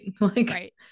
Right